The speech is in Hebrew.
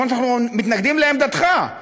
אנחנו מתנגדים לעמדתך,